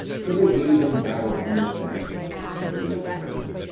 so they gave them battle on the sabbath and they were slain,